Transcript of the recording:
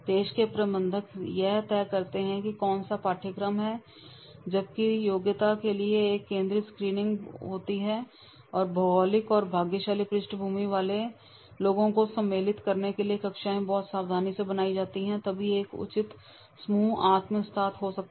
देश के प्रबंधक यह तय करते हैं कि कौन सा पाठ्यक्रम है जबकि योग्यता के लिए एक केंद्रीय स्क्रीनिंग पोती है और भौगोलिक और भाग्यशाली पृष्ठभूमि वाले लोगों को सम्मेलित करने के लिए कक्षाएं बहुत सावधानी से बनाई जाती हैं तभी एक उचित समूह आत्मसात हो सकता है